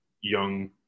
young